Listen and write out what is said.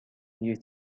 you